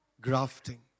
grafting